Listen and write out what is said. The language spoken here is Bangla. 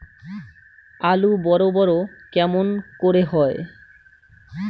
আলু বড় বড় কেমন করে হয়?